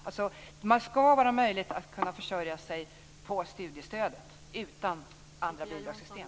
Det skall vara möjligt att försörja sig på studiestöd utan hjälp av andra bidragssystem.